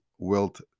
Wilt